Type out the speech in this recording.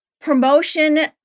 promotion